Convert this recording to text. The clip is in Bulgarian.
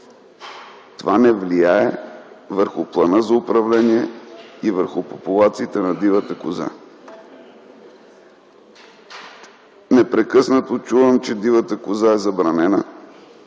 Това не влияе върху плана за управление и върху популациите на дивата коза. Непрекъснато чувам, че дивата коза е забранена